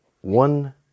one